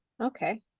okay